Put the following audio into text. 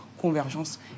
convergence